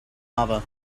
lava